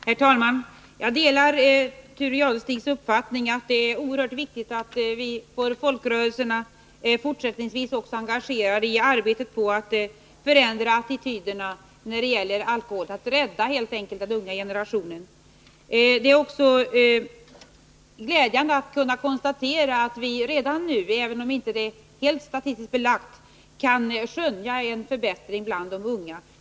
Herr talman! Jag delar Thure Jadestigs uppfattning att det är oerhört viktigt att också fortsättningsvis få folkrörelserna engagerade i arbetet att förändra attityderna när det gäller alkohol, att helt enkelt rädda den unga generationen. Det är också glädjande att konstatera att vi redan nu —även om det inte är statistiskt helt belagt — kan skönja en förbättring bland ungdomarna.